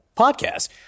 podcast